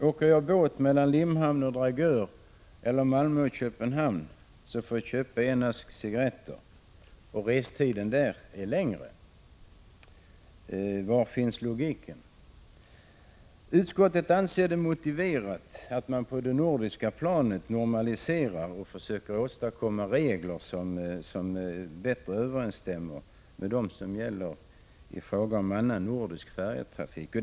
Åker jag båt mellan Limhamn och Dragör eller Malmö och Köpenhamn får jag köpa en ask cigarretter — och restiden är längre. — Var finns logiken? Utskottet anser det motiverat att man på det nordiska planet normaliserar — Prot. 1985/86:126 och försöker åstadkomma regler som bättre överensstämmer med dem som 24 april 1986 gäller i fråga om annan nordisk färjetrafik.